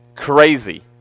Crazy